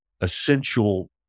essential